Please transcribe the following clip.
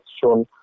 shown